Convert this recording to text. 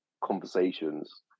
conversations